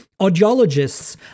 audiologists